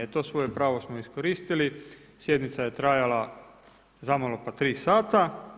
I to svoje pravo smo iskoristili, sjednica je trajala zamalo pa 3 sata.